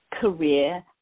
career